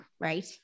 right